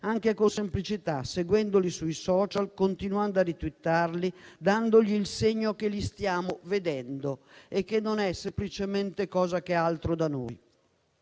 anche con semplicità, seguendolo sui *social*, continuando a ritwittare, dando il segno che li stiamo vedendo e che non è semplicemente altro da noi.